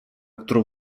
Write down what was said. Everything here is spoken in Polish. którą